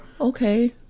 okay